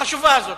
החשובה הזאת,